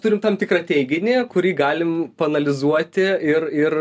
mes turime tam tikrą teiginį kurį galim paanalizuoti ir ir